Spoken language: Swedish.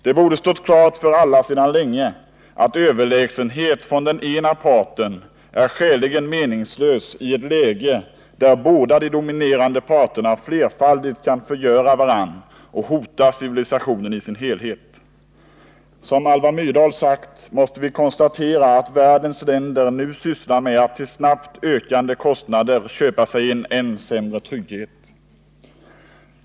Det borde ha stått klart för alla sedan länge att överlägsenhet från den ena parten är skäligen meningslös i ett läge där båda de dominerande parterna flerfaldigt kan förgöra varandra och hota civilisationen i dess helhet. Som Alva Myrdal sagt, måste vi konstatera att världens länder nu sysslar med att till snabbt ökande kostnader köpa sig en än sämre trygghet.